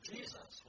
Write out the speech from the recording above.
Jesus